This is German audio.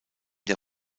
der